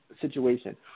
situation